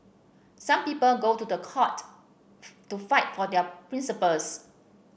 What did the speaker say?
some people go to the court to fight for their principles